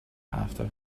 after